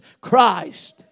Christ